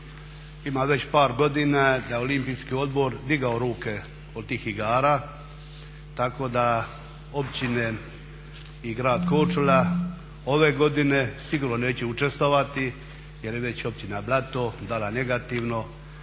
ima već par godina da je Olimpijski odbor digao ruke od tih igara, tako da općine i grad Korčula ove godine sigurno neće učestvovati jer je već Općina Blato dala negativno,